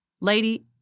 Lady